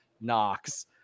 Knox